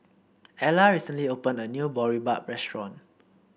Ela recently opened a new Boribap restaurant